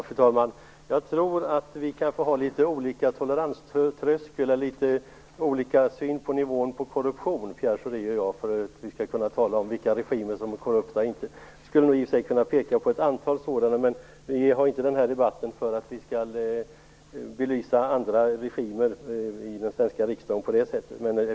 Fru talman! Pierre Schori och jag har nog litet olika toleranströskel och litet olika syn på nivån vad gäller korruption för att vi skall kunna tala om vilka regimer som är korrupta eller inte. I och för sig skulle jag kunna peka på ett antal sådana, men den här debatten i den svenska riksdagen förs ju inte för att vi skall belysa andra regimer på det sättet.